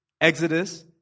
Exodus